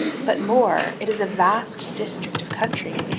but more it is a vast district of country.